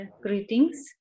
Greetings